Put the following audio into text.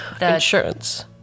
insurance